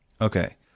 Okay